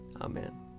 Amen